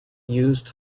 used